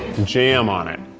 jam on it,